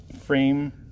frame